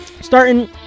Starting